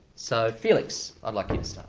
so felix, i'd like you to start.